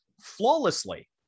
flawlessly